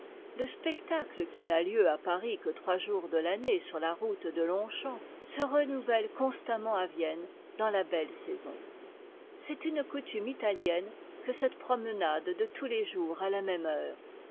le spectacle qui n'a lieu à paris que trois jours de l'année sur la route de long champ se renouvelle constamment à vienne dans la belle saison c'est une coutume italienne que cette promenade de tous les jours à la même heure